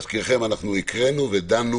להזכירכם, הקראנו ודנו